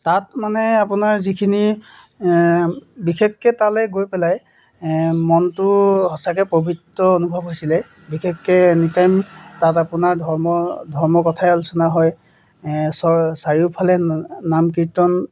তাত মানে আপোনাৰ যিখিনি বিশেষকৈ তালে গৈ পেলাই মনটো সঁচাকৈ পৱিত্ৰ অনুভৱ হৈছিলে বিশেষকৈ এনিটাইম তাত আপোনাৰ ধৰ্ম ধৰ্মৰ কথাই আলোচনা হয় চাৰিওফালে নাম কীৰ্তন